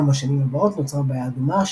גם בשנים הבאות נוצרה בעיה דומה,